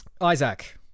Isaac